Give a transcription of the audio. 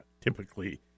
typically